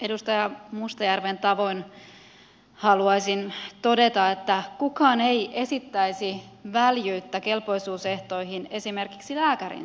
edustaja mustajärven tavoin haluaisin todeta että kukaan ei esittäisi väljyyttä kelpoisuusehtoihin esimerkiksi lääkärin sijaisuuteen